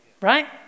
right